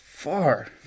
Far